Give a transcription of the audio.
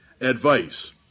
advice